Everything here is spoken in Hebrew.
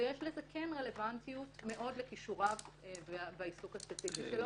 ויש לזה רלוונטיות לכישוריו והעיסוק הספציפי שלו.